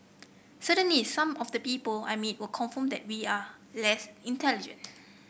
certainly some of the people I meet will confirm that we are less intelligent